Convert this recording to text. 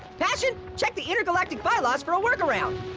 passion, check the intergalactic bylaws for a workaround.